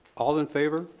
all in favor?